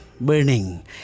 burning